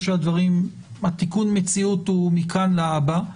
אני חושב שתיקון המציאות הוא מכאן להבא.